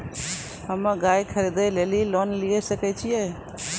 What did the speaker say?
हम्मे गाय खरीदे लेली लोन लिये सकय छियै?